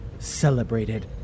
celebrated